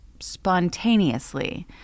spontaneously